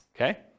okay